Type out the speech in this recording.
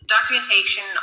documentation